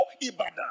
Ibadan